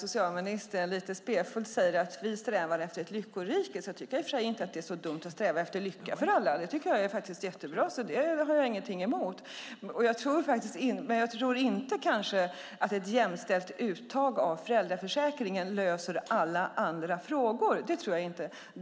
Socialministern säger lite spefullt att vi strävar efter ett lyckorike. Jag tycker inte att det är så dumt att sträva efter lycka för alla - jag tycker att det är jättebra, så det har jag ingenting emot. Men jag tror inte att ett jämställt uttag av föräldraförsäkringen löser alla andra frågor.